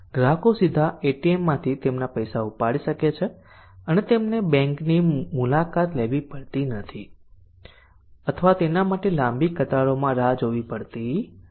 ગ્રાહકો સીધા એટીએમમાંથી તેમના પૈસા ઉપાડી શકે છે અને તેમને બેંકની મુલાકાત લેવી પડતી નથી અથવા તેના માટે લાંબી કતારોમાં રાહ જોવી પડતી નથી